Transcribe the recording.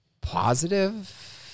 positive